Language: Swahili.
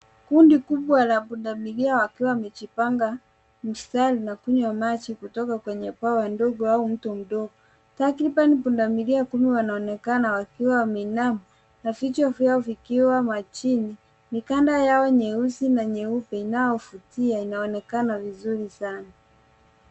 Kundi kubwa la pundamilia wakiwa wamejipanga mstari na kunywa maji kutoka kwenye bwawa dogo au mto mdogo . Takriban pundamilia kumi wanaonekana wakiwa wameinama na vichwa vyao vikiwa majini. Mikanda yao nyeusi na nyeupe inayovutia inaonekana vizuri sana.